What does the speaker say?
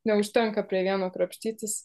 neužtenka prie vieno krapštytis